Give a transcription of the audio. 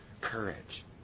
courage